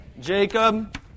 Jacob